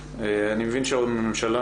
הכנסת של חברת הכנסת קארין אלהרר.